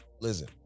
Listen